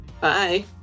Bye